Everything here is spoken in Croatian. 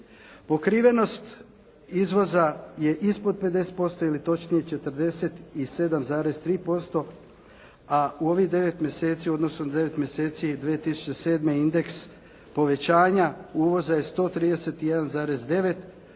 Pokrivenost izvoza je ispod 50% ili točnije 47,3%, a u ovih 9 mjeseci, odnosno 9 mjeseci 2007. je indeks povećanja uvoza je 131,9